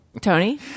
tony